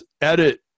edit